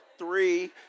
Three